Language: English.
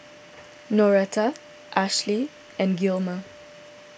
Noretta Ashli and Gilmer